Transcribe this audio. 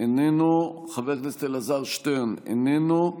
איננו, חבר הכנסת אלעזר שטרן, איננו,